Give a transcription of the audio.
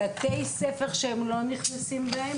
בבתי ספר שהם לא נכנסים בהם